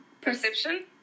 Perception